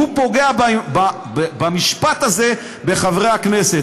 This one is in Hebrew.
הוא פוגע, במשפט הזה, בחברי הכנסת.